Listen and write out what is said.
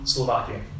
Slovakia